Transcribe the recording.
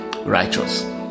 righteous